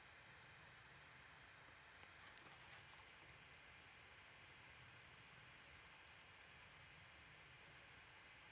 uh